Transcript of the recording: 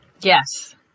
Yes